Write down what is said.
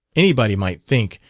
anybody might think,